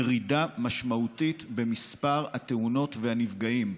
ירידה משמעותית במספר התאונות והנפגעים.